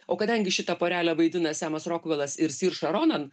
o kadangi šitą porelę vaidina semas rokvilas ir sir šaronan